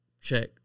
check